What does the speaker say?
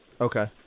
okay